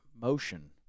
motion